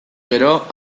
gero